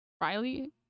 riley